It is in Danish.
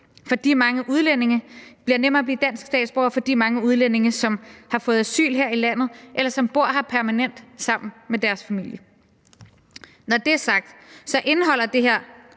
og at det bliver nemmere at blive dansk statsborger for de mange udlændinge, som har fået asyl her i landet, eller som bor her permanent sammen med deres familie. Når det er sagt, indeholder det her